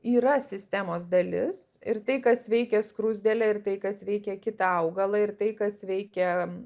yra sistemos dalis ir tai kas veikia skruzdėlę ir tai kas veikia kitą augalą ir tai kas veikia